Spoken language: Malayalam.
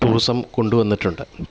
ടൂറിസം കൊണ്ടുവന്നിട്ടുണ്ട്